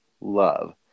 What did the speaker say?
love